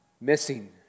Missing